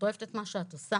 את אוהבת את מה שאת עושה